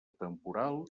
temporal